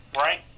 right